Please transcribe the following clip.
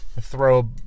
Throw